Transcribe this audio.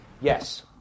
Yes